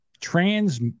trans